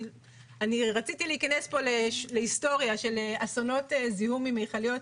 רציתי להיכנס פה להיסטוריה של אסונות זיהום עם מכליות,